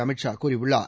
அமித் ஷா கூறியுள்ளார்